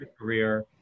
career